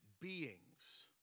beings